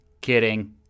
Kidding